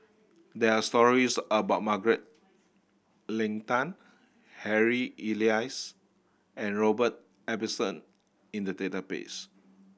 there are stories about Margaret Leng Tan Harry Elias and Robert Ibbetson in the database